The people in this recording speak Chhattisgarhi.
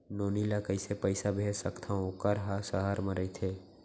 नोनी ल कइसे पइसा भेज सकथव वोकर ह सहर म रइथे?